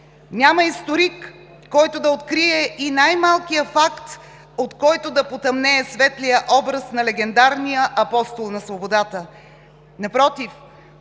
Няма историк, който да открие и най-малкия факт, от който да потъмнее светлият образ на легендарния Апостол на свободата.